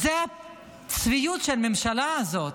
אז זו הצביעות של הממשלה הזאת.